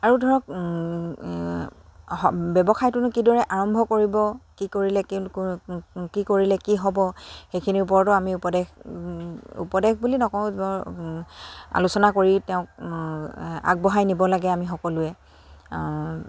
আৰু ধৰক ব্যৱসায়টো কিদৰে আৰম্ভ কৰিব কি কৰিলে কি কৰিলে কি হ'ব সেইখিনিৰ ওপৰতো আমি উপদেশ উপদেশ বুলি নকওঁ আলোচনা কৰি তেওঁক আগবঢ়াই নিব লাগে আমি সকলোৱে